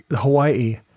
Hawaii